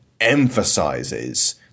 emphasizes